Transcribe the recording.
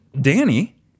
Danny